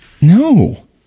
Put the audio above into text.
No